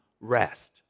rest